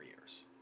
years